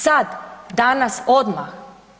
Sad, danas, odmah.